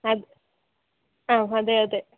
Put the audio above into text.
അതെ ആ അതെ അതേ